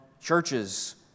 churches